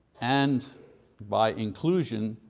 and by inclusion,